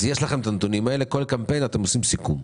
אז יש לכם הנתונים האלה כי בכל קמפיין אתם עושים סיכום.